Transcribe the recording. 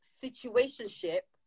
situation-ship